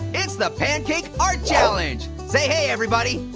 it's the pancake art challenge. say hey, everybody.